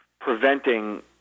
preventing